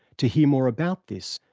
to hear more about this,